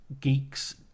geeks